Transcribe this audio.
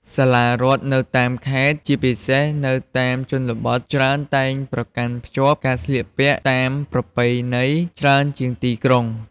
សាលារដ្ឋនៅតាមខេត្ត ជាពិសេសនៅតាមជនបទច្រើនតែប្រកាន់ខ្ជាប់ការស្លៀកពាក់តាមប្រពៃណីច្រើនជាងទីក្រុង។